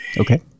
okay